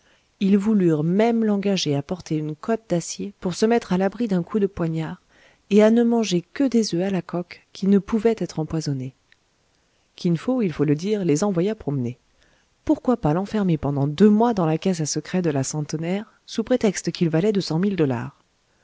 ils voulurent même l'engager à porter une cotte d'acier pour se mettre à l'abri d'un coup de poignard et à ne manger que des oeufs à la coque qui ne pouvaient être empoisonnés kin fo il faut le dire les envoya promener pourquoi pas l'enfermer pendant deux mois dans la caisse à secret de la centenaire sous prétexte qu'il valait deux cent mille dollars